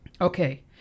Okay